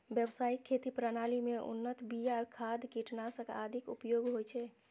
व्यावसायिक खेती प्रणाली मे उन्नत बिया, खाद, कीटनाशक आदिक उपयोग होइ छै